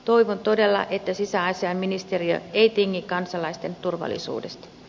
toivon todella että sisäasiainministeriö ei tingi kansalaisten turvallisuudesta